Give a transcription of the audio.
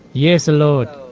yes, a lot.